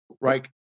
right